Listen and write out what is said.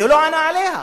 והוא לא ענה עליה,